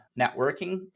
networking